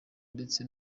ndetse